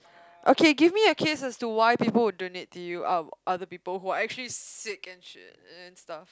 okay give me a case as to why people would donate to you out of other people who are actually sick and shit and stuff